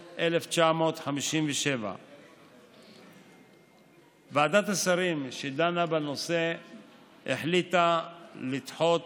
בינואר 1957. ועדת השרים שדנה בנושא החליטה לדחות